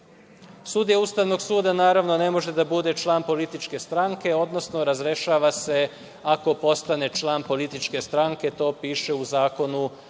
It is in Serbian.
Ustavnog suda, naravno, ne može da bude član političke stranke, odnosno razrešava se ako postane član političke stranke. To piše u Zakonu